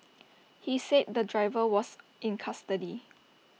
he said the driver was in custody